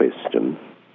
question